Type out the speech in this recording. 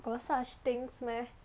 got such things meh